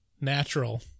natural